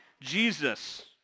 Jesus